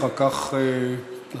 אחר כך אתה,